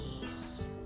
peace